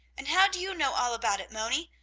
and how do you know all about it, moni?